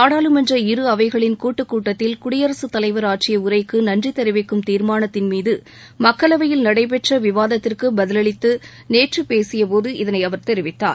நாடாளுமன்ற இரு அவைகளின் கூட்டுக் கூட்டத்தில் குடியரசுத் தலைவர் ஆற்றிய உரைக்கு நன்றி தெரிவிக்கும் தீர்மானத்தின்மீது மக்களவையில் நடைபெற்ற விவாதத்திற்கு பதிலளித்து நேற்று பேசிய போது இதனை அவர் தெரிவித்தார்